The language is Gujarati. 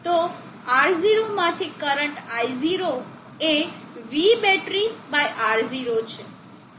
તો R0 માંથી કરંટ i0 એ V બેટરી બાય R0 છે